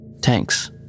tanks